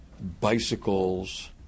bicycles